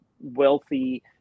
wealthy